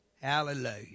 Hallelujah